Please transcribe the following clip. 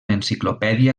enciclopèdia